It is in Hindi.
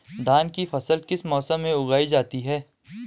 धान की फसल किस मौसम में उगाई जाती है?